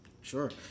Sure